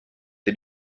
did